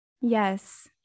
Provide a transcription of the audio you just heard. Yes